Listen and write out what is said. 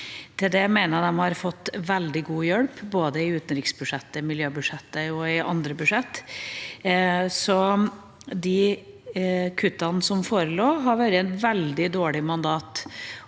Til det mener jeg at de har fått veldig god hjelp, både i utenriksbudsjettet, i miljøbudsjettet og i andre budsjett. De kuttene som forelå, hadde vært et veldig dårlig mandat